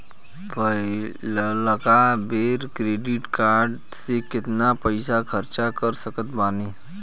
पहिलका बेर credit card से केतना पईसा खर्चा कर सकत बानी?